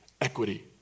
Equity